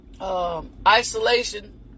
isolation